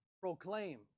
proclaim